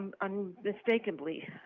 unmistakably